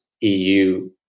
EU